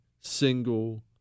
single